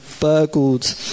burgled